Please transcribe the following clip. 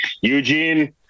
Eugene